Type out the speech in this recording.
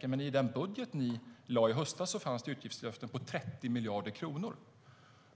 det, men i den budget ni lade fram i höstas fanns det utgiftslöften på 30 miljarder kronor.